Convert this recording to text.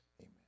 amen